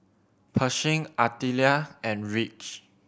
Pershing Artelia and Ridge